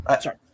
Sorry